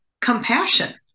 compassion